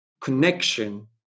connection